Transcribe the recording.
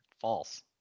False